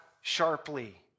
sharply